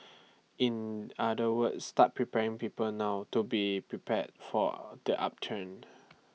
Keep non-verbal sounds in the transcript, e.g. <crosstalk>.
<noise> in other words start preparing people now to be prepared for <hesitation> the upturn